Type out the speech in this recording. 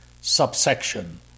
subsection